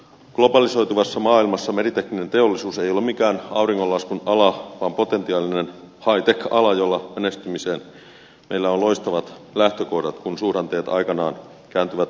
globalisoituvassa maailmassa meritekninen teollisuus ei ole mikään auringonlaskun ala vaan potentiaalinen high tech ala jolla menestymiseen meillä on loistavat lähtökohdat kun suhdanteet aikanaan kääntyvät parempaan päin